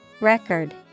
Record